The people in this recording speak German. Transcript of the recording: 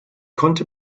konnte